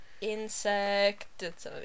insect